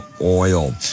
oil